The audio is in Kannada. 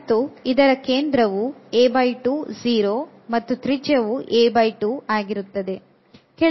ಮತ್ತು ಇದರ ಕೇಂದ್ರವು ಮತ್ತು ತ್ರಿಜ್ಯವು ಆಗಿರುತ್ತದೆ